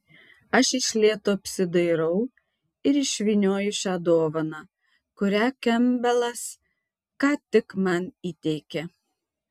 aš iš lėto apsidairau ir išvynioju šią dovaną kurią kempbelas ką tik man įteikė